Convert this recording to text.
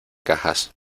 cajas